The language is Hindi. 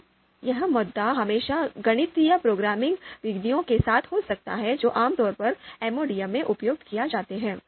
तो यह मुद्दा हमेशा गणितीय प्रोग्रामिंग विधियों के साथ हो सकता है जो आमतौर पर MODM में उपयोग किए जाते हैं